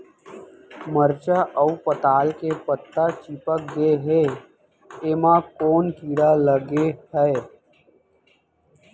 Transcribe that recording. मरचा अऊ पताल के पत्ता चिपक गे हे, एमा कोन कीड़ा लगे है?